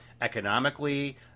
economically